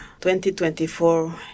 2024